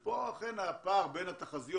זה נושא שהוא בין חברת החשמל